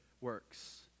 works